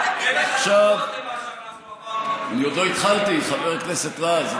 עכשיו, אני עוד לא התחלתי, חבר הכנסת רז.